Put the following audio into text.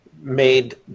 made